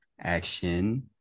action